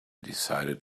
decided